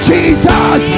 Jesus